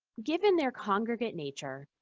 given their congregate nature,